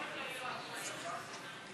חברי הכנסת,